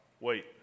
Wait